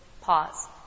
Pause